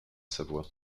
savoie